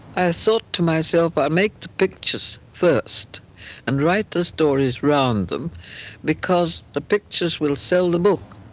i thought to myself i'll make the pictures first and write the stories around them because the pictures will sell the book.